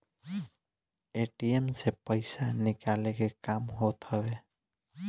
ATM से पईसा निकाले के काम होत हवे